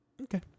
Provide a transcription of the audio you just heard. Okay